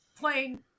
playing